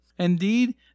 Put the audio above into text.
Indeed